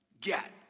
get